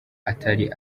atari